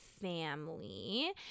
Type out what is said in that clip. family